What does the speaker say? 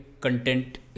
content